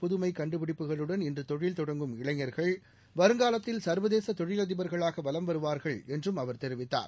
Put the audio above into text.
புதுமைகண்டுபிடிப்புகளுடன் இன்றுதொழில் சிறியநகரங்களில் தொடங்கும் இளைஞர்கள் வருங்காலத்தில் சர்வதேசதொழிலதிபர்களாகவலம் வருவார்கள் என்றும் அவர் தெரிவித்தார்